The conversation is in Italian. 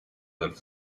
dal